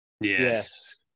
Yes